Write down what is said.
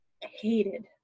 hated